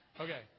Okay